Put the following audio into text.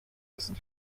ist